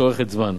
שאורכת זמן.